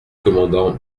commandant